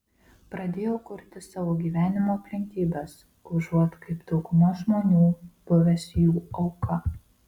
pradėjau kurti savo gyvenimo aplinkybes užuot kaip dauguma žmonių buvęs jų auka